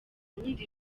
urundi